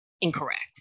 incorrect